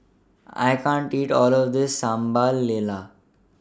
I can't eat All of This Sambal Lala